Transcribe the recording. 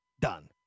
Done